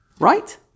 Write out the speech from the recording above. Right